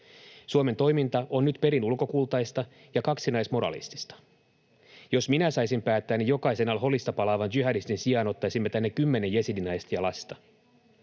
Suomen toiminta on nyt perin ulkokultaista ja kaksinaismoralistista. Jos minä saisin päättää, jokaisen al-Holista palaavan jihadistin sijaan ottaisimme tänne kymmenen jesidinaista ja ‑lasta.